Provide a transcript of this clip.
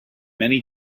many